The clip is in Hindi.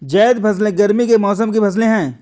ज़ैद फ़सलें गर्मी के मौसम की फ़सलें हैं